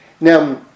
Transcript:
Now